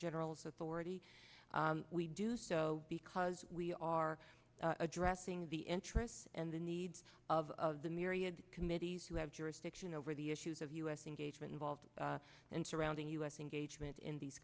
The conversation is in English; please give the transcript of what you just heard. general authority we do so because we are addressing the interests and the needs of the myriad committees who have jurisdiction over the issues of u s engagement involved and surrounding u s engagement in these